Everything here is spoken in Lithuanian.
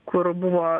kur buvo